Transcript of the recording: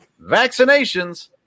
vaccinations